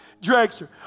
Dragster